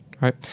right